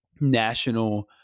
national